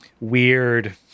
weird